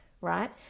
right